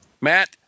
Matt